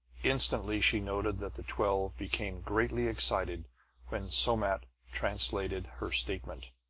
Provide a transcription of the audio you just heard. instantly she noted that the twelve became greatly excited when somat translated her statement.